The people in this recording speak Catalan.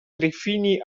trifini